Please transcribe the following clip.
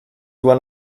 one